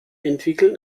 entwickeln